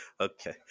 Okay